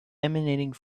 emanating